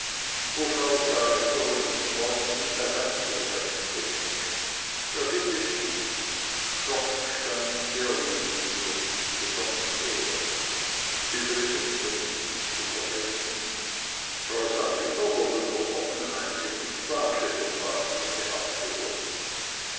frau salinger und ich morgen mittag einzutreffen gedenken mir geht es gut schroffensteins sehr liebenswürdig besonders er übrigens um nichts zu vergessen frau salinger wurde durch oppenheims equipage vom bahnhofe abgeholt